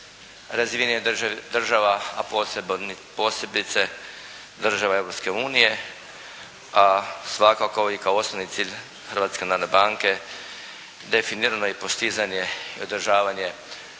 razvijanjem država a posebice država Europske unije a svakako i kao osnovni cilj Hrvatske narodne banke definirano je i postizanje i održavanje